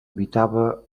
habitava